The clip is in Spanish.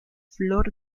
flor